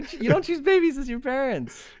you don't choose babies as your parents.